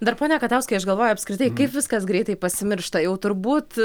dar pone katauskai aš galvoju apskritai kaip viskas greitai pasimiršta jau turbūt